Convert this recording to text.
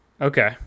Okay